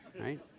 right